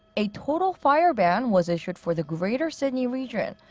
a total fire ban was issued for the greater sydney region,